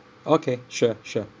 okay sure sure